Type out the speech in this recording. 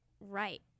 right